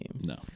no